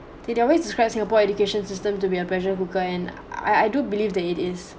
it they always described singapore education system to be a pressure cooker and I do believe that it is